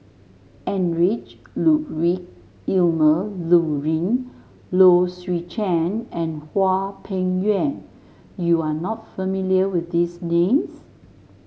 Heinrich Ludwig Emil Luering Low Swee Chen and Hwang Peng Yuan You are not familiar with these names